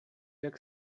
jak